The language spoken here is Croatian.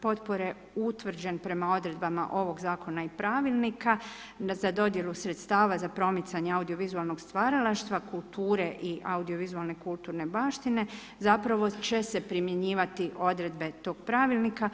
potpore, utvrđen prema odredbama ovog zakona i pravilnika za dodjelu sredstava za promicanje audiovizualnog stvaralaštva, kulture i audio vizualne kulturne baštine zapravo će se primjenjivati odredbe tog pravilnika.